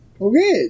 Okay